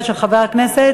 של חבר הכנסת